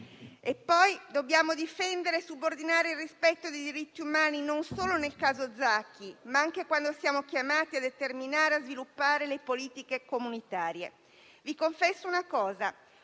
Dobbiamo poi difendere e subordinare al rispetto dei diritti umani non solo nel caso Zaki, ma anche quando siamo chiamati a determinarle e svilupparle, le politiche comunitarie.